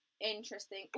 interesting